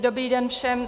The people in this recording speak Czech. Dobrý den všem.